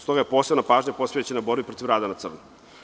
Stoga je posebna pažnja posvećena borbi protiv rada na crno.